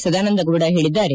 ಸದಾನಂದಗೌಡ ಹೇಳಿದ್ದಾರೆ